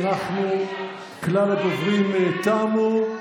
כלל הדוברים תמו.